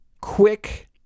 Quick